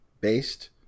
Based